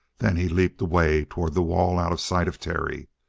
then he leaped away toward the wall out of sight of terry.